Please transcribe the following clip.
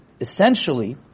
essentially